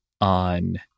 on